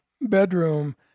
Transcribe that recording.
bedroom